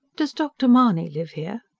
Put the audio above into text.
does dr. mahony live here?